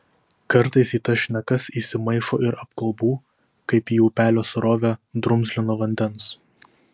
kartais į tas šnekas įsimaišo ir apkalbų kaip į upelio srovę drumzlino vandens